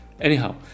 Anyhow